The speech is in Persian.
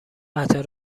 قطع